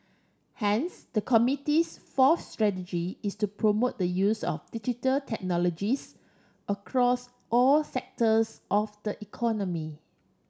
hence the committee's fourth strategy is to promote the use of Digital Technologies across all sectors of the economy